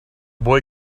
boy